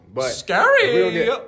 Scary